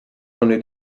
only